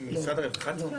היועצת של המנכ"לית.